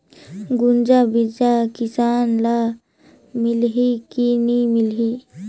गुनजा बिजा किसान ल मिलही की नी मिलही?